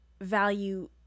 value